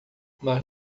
mas